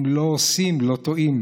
אם לא עושים לא טועים.